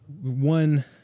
one